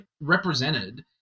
represented